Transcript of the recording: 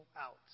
out